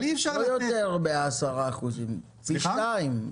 אבל לא רק 10% יותר, אלא פי שניים.